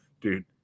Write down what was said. dude